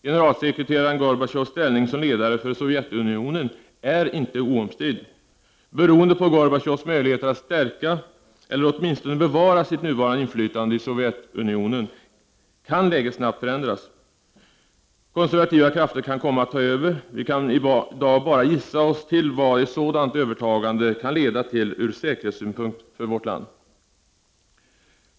Generalsekreterare Gorbatjovs ställning som ledare för Sovjetunionen är inte oomstridd. Beroende på Gorbatjovs möjligheter att stärka, eller åtminstone bevara, sitt nuvarande inflytande i Sovjetunionen kan läget snabbt förändras. Konservativa krafter kan komma att ta över. Vi kan i dag bara gissa oss till vad ett sådant övertagande kan leda till ur säkerhetssynpunkt för vårt land.